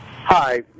Hi